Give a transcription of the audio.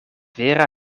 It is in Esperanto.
vera